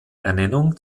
ernennung